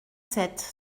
sept